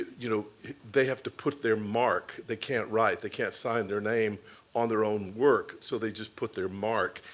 you know they have to put their mark. they can't write. they can't sign their name on their own work. so they just put their mark.